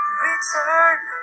return